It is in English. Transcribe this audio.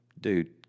Dude